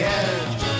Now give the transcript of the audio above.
edge